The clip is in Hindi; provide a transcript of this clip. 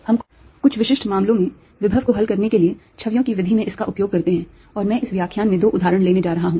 हम कुछ विशिष्ट मामलों में विभव को हल करने के लिए छवियों की विधि में इसका उपयोग करते हैं और मैं इस व्याख्यान में दो उदाहरण लेने जा रहा हूं